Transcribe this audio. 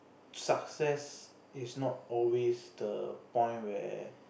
success is not always the point where